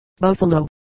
Buffalo